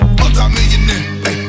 multi-millionaire